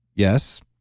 yes.